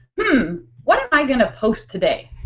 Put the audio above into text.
hmm what am i going to post today?